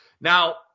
Now